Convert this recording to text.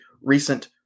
recent